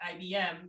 IBM